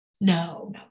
No